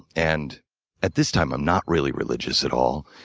and at this time i'm not really religious at all.